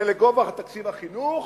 ולגובה תקציב החינוך,